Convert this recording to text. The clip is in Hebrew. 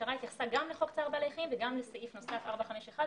המשטרה התייחסה גם לחוק צער בעלי חיים וגם לסעיף נוסף - 451.